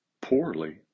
poorly